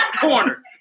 corner